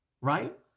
right